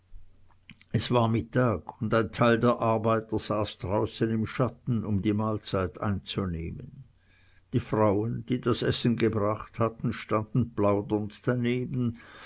es war mittag und ein teil der arbeiter saß draußen im schatten um die mahlzeit einzunehmen die frauen die das essen gebracht hatten standen plaudernd daneben